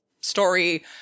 story